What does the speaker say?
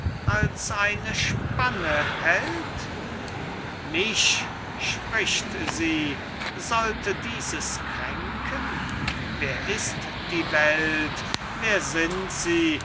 als eine spanne hält mich spricht sie sollte dieses kränken wer ist die welt wer sind sie